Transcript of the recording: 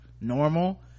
normal